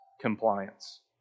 compliance